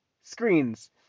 screens